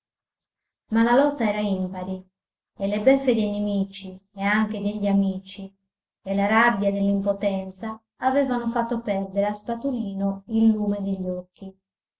ma la lotta era impari e le beffe dei nemici e anche degli amici e la rabbia dell'impotenza avevano fatto perdere a spatolino il lume degli occhi